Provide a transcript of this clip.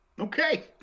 Okay